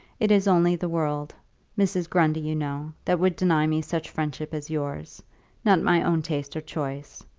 it is only the world mrs. grundy, you know, that would deny me such friendship as yours not my own taste or choice.